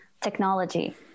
technology